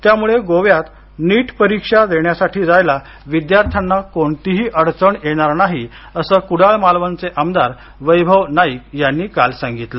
त्यामुळे गोव्यात नीट परीक्षा देण्यासाठी जायला विद्यार्थ्यांना कोणतीही अडचण येणार नाही असं कुडाळ मालवणचे आमदार वैभव नाईक यांनी काल सांगितलं